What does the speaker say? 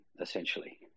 essentially